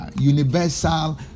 universal